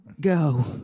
Go